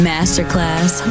Masterclass